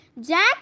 Jack